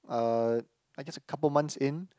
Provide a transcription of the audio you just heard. uh just a couple of months in